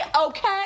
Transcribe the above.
okay